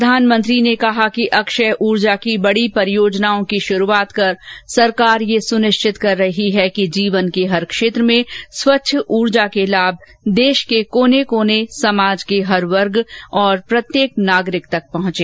प्रधानमंत्री ने कहा कि अक्षय ऊर्जा की बड़ी परियोजनाओं की शुरूआत कर सरकार यह भी सुनिश्चित कर रही है कि जीवन के हर क्षेत्र में स्वच्छ ऊर्जा के लाभ देश के कोने कोने समाज के हर वर्ग और प्रत्येक नागरिक तक पहुंचे